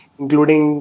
including